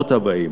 ולדורות הבאים,